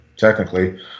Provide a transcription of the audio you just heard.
Technically